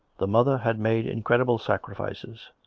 the mother had made incredible sacri fices,